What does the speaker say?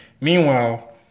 Meanwhile